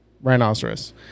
rhinoceros